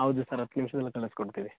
ಹೌದು ಸರ್ ಹತ್ತು ನಿಮಿಷದಲ್ ಕಳಿಸ್ಕೊಡ್ತೀವಿ